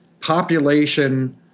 Population